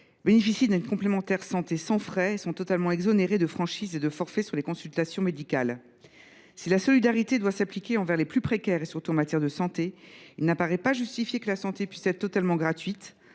bénéficient d’une complémentaire santé sans frais et sont totalement exonérés de franchises et de forfaits sur les consultations médicales. Si la solidarité doit s’appliquer envers les plus précaires, surtout en matière de santé, il n’apparaît pas justifié que la santé puisse être totalement gratuite,